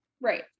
Right